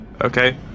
Okay